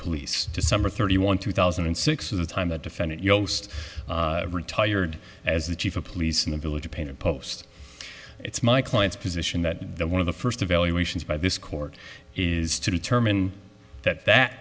police to summer thirty one two thousand and six is the time a defendant yost retired as the chief of police in the village painter post it's my client's position that one of the first evaluations by this court is to determine that that